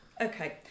okay